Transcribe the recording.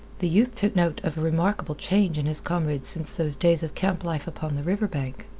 the youth took note of a remarkable change in his comrade since those days of camp life upon the river bank.